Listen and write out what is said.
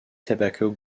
tobacco